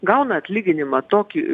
gauna atlyginimą tokį